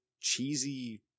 cheesy